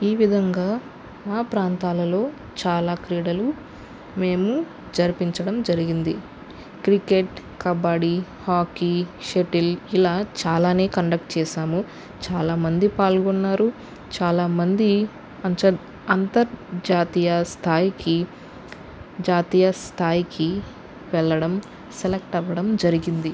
ఈ విధంగా మా ప్రాంతాలలో చాలా క్రీడలు మేము జరిపించడం జరిగింది క్రికెట్ కబడ్డీ హాకీ షటిల్ ఇలా చాలానే కండక్ట్ చేశాము చాలామంది పాల్గొన్నారు చాలా మంది అంతర్ అంతర్జాతీయ స్థాయికి జాతీయ స్థాయికి వెళ్లడం సెలెక్ట్ అవ్వడం జరిగింది